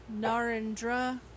Narendra